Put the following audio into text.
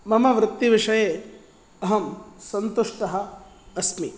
मम वृत्तिविषये अहं सन्तुष्टः अस्मि